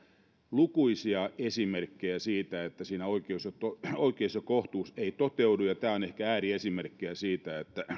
lukuisia esimerkkejä siitä että siinä oikeus ja kohtuus ei toteudu tämä on ehkä ääriesimerkkejä siitä